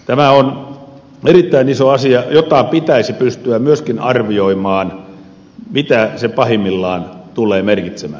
tämä on erittäin iso asia josta pitäisi pystyä myöskin arvioimaan mitä se pahimmillaan tulee merkitsemään